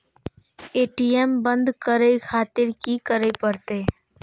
ATM बंद करें खातिर की करें परतें?